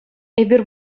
эпир